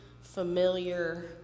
familiar